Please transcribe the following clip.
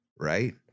right